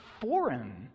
foreign